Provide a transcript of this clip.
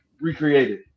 recreated